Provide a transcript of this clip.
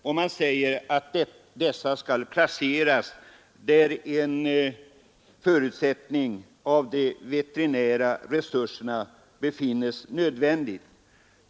Utskottet säger att dessa skall placeras där en förstärkning av de veterinära resurserna befinnes nödvändig.